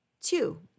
Two